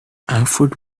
alfred